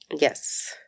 Yes